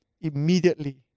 immediately